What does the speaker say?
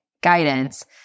guidance